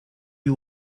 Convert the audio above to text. you